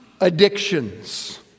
Addictions